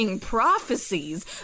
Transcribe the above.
Prophecies